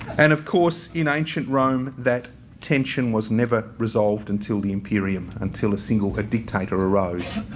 and, of course, in ancient rome that tension was never resolved until the imperium, until a single dictator arose.